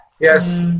Yes